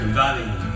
valley